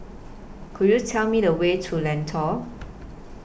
Could YOU Tell Me The Way to Lentor